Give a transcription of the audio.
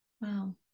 Wow